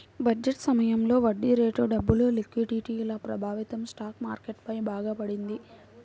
budget సమయంలో వడ్డీరేట్లు, డబ్బు లిక్విడిటీల ప్రభావం స్టాక్ మార్కెట్ పై బాగా పడింది